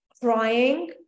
crying